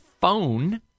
phone